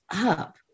up